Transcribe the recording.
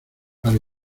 para